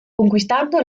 conquistando